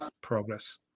progress